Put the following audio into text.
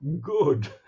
good